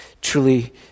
truly